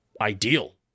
ideal